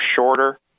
shorter